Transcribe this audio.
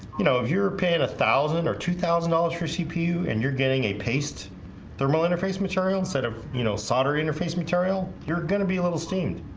you know if you're ah paying a thousand or two thousand dollars for cpu and you're getting a paste thermal interface material instead of you know solder interface material. you're gonna be a little steamed